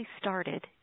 started